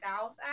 south